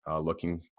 looking